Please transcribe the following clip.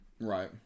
Right